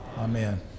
Amen